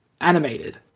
animated